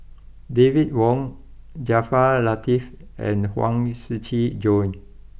David Wong Jaafar Latiff and Huang Shiqi Joan